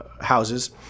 houses